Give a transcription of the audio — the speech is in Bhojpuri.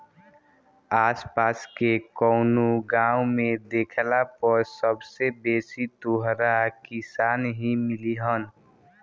आस पास के कवनो गाँव में देखला पर सबसे बेसी तोहरा किसान ही मिलिहन